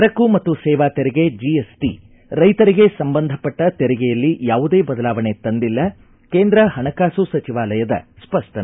ಸರಕು ಮತ್ತು ಸೇವಾ ತೆರಿಗೆ ಜೆಎಸ್ಟಿ ರೈತರಿಗೆ ಸಂಬಂಧಪಟ್ಟ ತೆರಿಗೆಯಲ್ಲಿ ಯಾವುದೇ ಬದಲಾವಣೆ ತಂದಿಲ್ಲ ಕೇಂದ್ರ ಹಣಕಾಸು ಸಚಿವಾಲಯದ ಸ್ವಷ್ಟನೆ